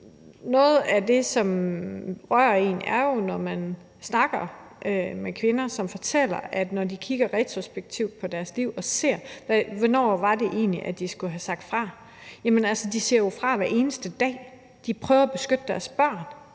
Noget af det, som rører en, er jo, når man snakker med kvinder, som fortæller, at når de kigger på deres liv i retroperspektiv og tænker på, hvornår det egentlig var, de skulle have sagt fra, så kan man sige, at de jo siger fra hver eneste dag; de prøver at beskytte deres børn,